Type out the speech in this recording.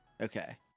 Okay